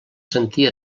sentir